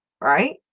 right